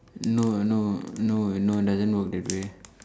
no no no no doesn't work that way